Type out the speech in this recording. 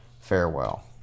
Farewell